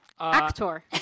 Actor